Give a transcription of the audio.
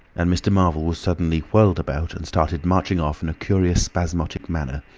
and mr. marvel was suddenly whirled about and started marching off in a curious spasmodic manner.